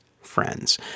friends